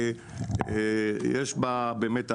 באמת,